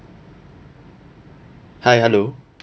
hi hello